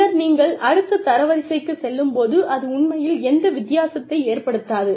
பின்னர் நீங்கள் அடுத்த தரவரிசைக்குச் செல்லும்போது அது உண்மையில் எந்த வித்தியாசத்தை ஏற்படுத்தாது